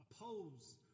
Oppose